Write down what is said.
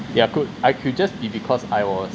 they are good I could just be because I was